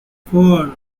four